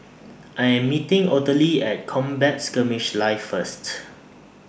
I Am meeting Ottilie At Combat Skirmish Live First